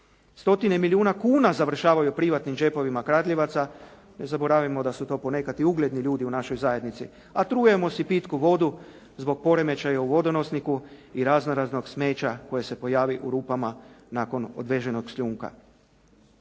Stotine milijuna kuna završavaju u privatnim džepovima kradljivaca. Ne zaboravimo da su to ponekad i ugledni ljudi u našoj zajednici a trujemo si pitku vodu zbog poremećaja u vodonosniku i razno raznog smeća koje se pojavi u rupama nakon odvezenog šljunka.